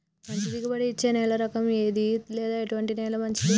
మంచి దిగుబడి ఇచ్చే నేల రకం ఏది లేదా ఎటువంటి నేల మంచిది?